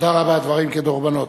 תודה רבה, דברים כדרבונות.